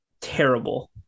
terrible